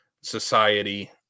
society